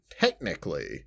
technically